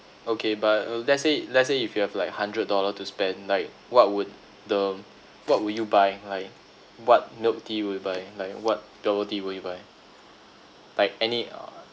okay but uh let's say let's say if you have like hundred dollar to spend like what would the what would you buy like what milk tea will you buy like what bubble tea will you buy like any uh